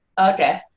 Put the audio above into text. Okay